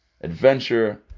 adventure